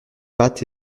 pattes